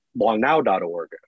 longnow.org